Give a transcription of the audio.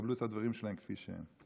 יקבלו את הדברים שלהם כפי שהם.